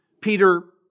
Peter